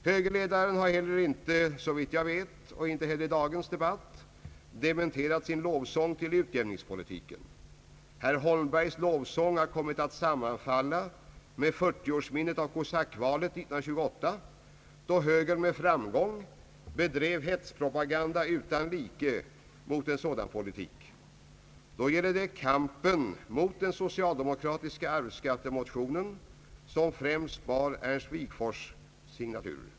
Högerledaren har heller inte såvitt jag vet — inte heller i dagens debatt — dementerat sin lovsång till utjämningspolitiken. Herr Holmbergs lovsång har kommit att sammanfalla med 40-årsminnet av »kosackvalet» 1928, då högern med framgång bedrev en hetspropaganda utan like mot en sådan politik. Då gällde det kampen mot den socialdemokratiska arvsskattemotionen, som främst bar Ernst Wigforss” signatur.